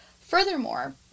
Furthermore